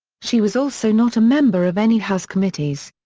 she was also not a member of any house committees.